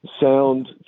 Sound